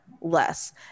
less